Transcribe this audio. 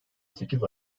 sekiz